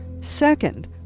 Second